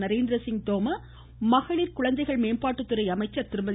நரேந்திரசிங் தோமர் மகளிர் குழந்தைகள் மேம்பாட்டுத்துறை அமைச்சர் திருமதி